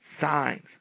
signs